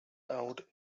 out